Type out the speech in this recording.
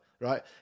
right